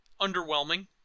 Underwhelming